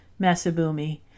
Masabumi